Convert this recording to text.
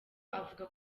avuga